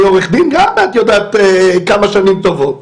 אני עורך דין כמה שנים טובות.